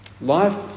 Life